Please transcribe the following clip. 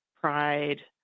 pride